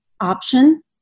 option